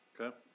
Okay